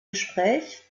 gespräch